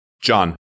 John